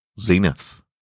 Zenith